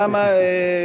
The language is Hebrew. למה?